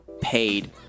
paid